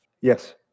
yes